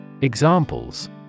Examples